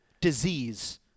Disease